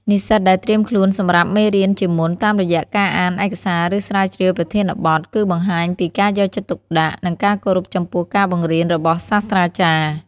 និស្សិតដែលត្រៀមខ្លួនសម្រាប់មេរៀនជាមុន តាមរយៈការអានឯកសារ ឬស្រាវជ្រាវប្រធានបទ គឺបង្ហាញពីការយកចិត្តទុកដាក់ និងការគោរពចំពោះការបង្រៀនរបស់សាស្រ្តាចារ្យ។